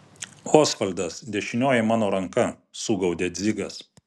osvaldas dešinioji mano ranka sugaudė dzigas